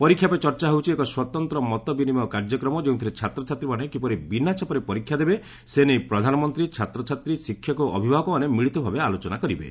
ପରୀକ୍ଷା ପେ ଚର୍ଚ୍ଚା ହେଉଛି ଏକ ସ୍ୱତନ୍ତ୍ର ମତ ବିନିମୟ କାର୍ଯ୍ୟକ୍ରମ ଯେଉଁଥିରେ ଛାତ୍ରଛାତ୍ରୀମାନେ କିପରି ବିନା ଚାପରେ ପରୀକ୍ଷା ଦେବେ ସେ ନେଇ ପ୍ରଧାନମନ୍ତ୍ରୀ ଛାତ୍ରଛାତ୍ରୀ ଶିକ୍ଷକ ଓ ଅଭିଭାବକମାନେ ମିଳିତ ଭାବେ ଆଲୋଚନା କରିବେ